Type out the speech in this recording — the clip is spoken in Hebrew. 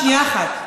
שנייה אחת.